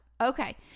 okay